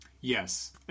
yes